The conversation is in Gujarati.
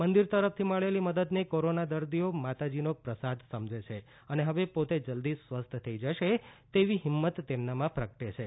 મંદિર તરફથી મળેલી મદદને કોરોના દર્દીઓ માતાજીનો પ્રસાદ સમજે છે અને હવે પોતે જલ્દી સ્વસ્થ થઈ જશે તેવી હિં મત તેમનામાં પ્રગટે છે